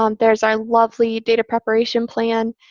um there's our lovely data preparation plan.